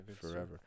forever